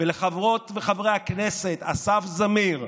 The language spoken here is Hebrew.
ולחברות וחברי הכנסת אסף זמיר,